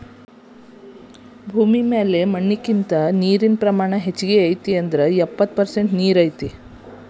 ಭೂಮಿ ಮ್ಯಾಲ ಮಣ್ಣಿನಕಿಂತ ನೇರಿನ ಪ್ರಮಾಣಾನ ಹೆಚಗಿ ಐತಿ ಅಂದ್ರ ಎಪ್ಪತ್ತ ಪರಸೆಂಟ ನೇರ ಐತಿ